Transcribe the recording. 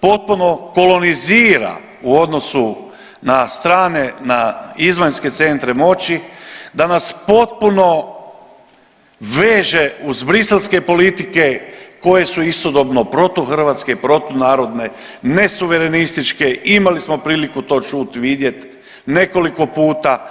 potpuno kolonizira u odnosu na strane, na izvanjske centre moći, da nas potpuno veže uz Briselske politike koje su istodobno protuhrvatske, protunarodne, nesuverenističke, imali smo priliku to čut, vidjet, nekoliko puta.